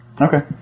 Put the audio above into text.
Okay